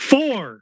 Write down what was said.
Four